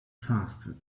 faster